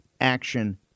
action